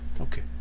Okay